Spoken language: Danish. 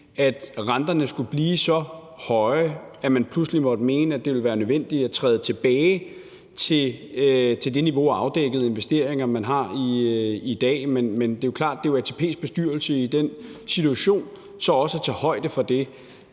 at renterne skulle blive så høje, at man pludselig måtte mene, at det ville være nødvendigt at træde tilbage til det niveau af afdækkede investeringer, man har i dag. Men det er jo klart, at det er ATP's bestyrelse, der i den situation så også skal tage højde for det.